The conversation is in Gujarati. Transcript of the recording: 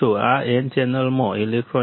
આ N ચેનલોમાં ઇલેક્ટ્રોન છે